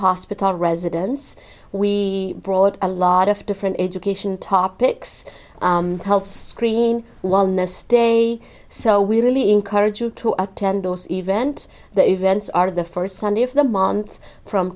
hospital residence we brought a lot of different education topics health screening while nest day so we really encourage you to attend those event the events are the first sunday of the month from